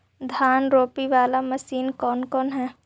धान रोपी बाला मशिन कौन कौन है?